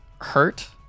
hurt